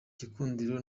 gikundiro